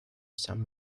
some